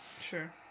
sure